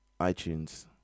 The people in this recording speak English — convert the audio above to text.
iTunes